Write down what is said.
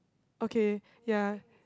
okay ya